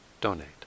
donate